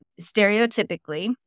stereotypically